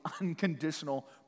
unconditional